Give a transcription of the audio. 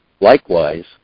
Likewise